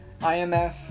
IMF